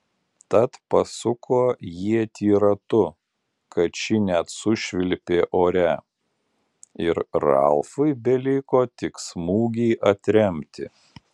tad pasuko ietį ratu kad ši net sušvilpė ore ir ralfui beliko tik smūgį atremti